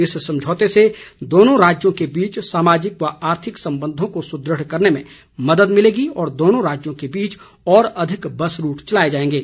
इस समझौते से दोनों राज्यों के बीच सामाजिक व आर्थिक संबंधों को सुदृढ़ करने में मदद मिलेगी और दोनों राज्यों के बीच और अधिक बस रूट चलाए जाएंगे